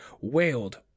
wailed